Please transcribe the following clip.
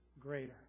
greater